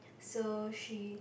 so she